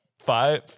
Five